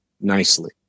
nicely